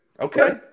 Okay